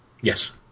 Yes